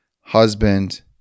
husband